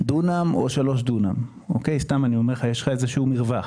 דונם או שלושה דונם, יש לך איזשהו מרווח.